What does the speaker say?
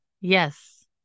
Yes